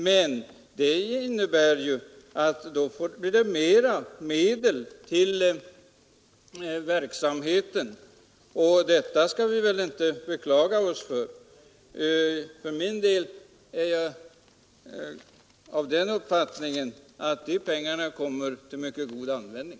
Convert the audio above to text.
Men det här innebär att det blir mera medel till verksamheten, och det skall vi väl inte beklaga oss över. För min del är jag av den uppfattningen att de pengarna kommer till mycket god användning.